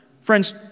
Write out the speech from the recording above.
Friends